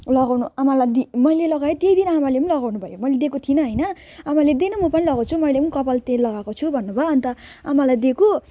लगाउनु आमालाई दि मैले लगाए त्यही दिन आमाले पनि लगाउनु भयो मैले दिएको थिइनँ होइन आमाले दे न म पनि लगाउँछु मैले पनि कपल तेल लगाएको छु भन्नु भयो अन्त आमालाई दिएको